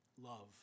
love